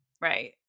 right